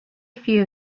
few